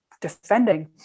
defending